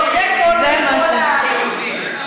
זה כל היהודים.